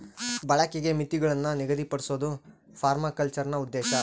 ಬಳಕೆಗೆ ಮಿತಿಗುಳ್ನ ನಿಗದಿಪಡ್ಸೋದು ಪರ್ಮಾಕಲ್ಚರ್ನ ಉದ್ದೇಶ